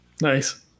Nice